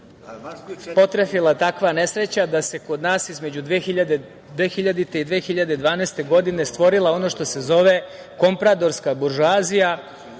potrefila takva nesreća da se kod nas između 2000. i 2012. godine stvorila ono što se zove kompradorska buržoazija